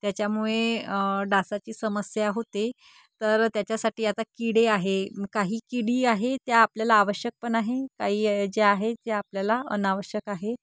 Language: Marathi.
त्याच्यामुळे डासाची समस्या होते तर त्याच्यासाठी आता किडे आहे काही किडी आहे त्या आपल्याला आवश्यक प आहे काही जे आहे त्या आपल्याला अनावश्यक आहे